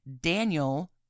Daniel